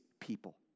people